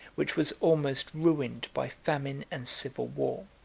which was almost ruined by famine and civil war.